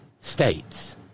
States